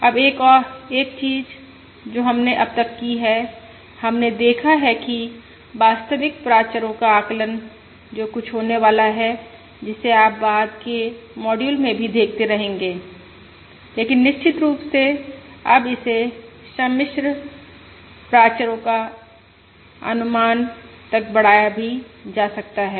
अब एक चीज जो हमने अब तक की है हमने देखा है कि वास्तविक प्राचरो का आकलन जो कुछ होने वाला है जिसे आप बाद के मॉड्यूल में भी देखते रहेंगे लेकिन निश्चित रूप से अब इसे सम्मिश्र प्राचरो का अनुमान तक बढ़ाया भी जा सकता है